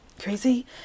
Crazy